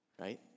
right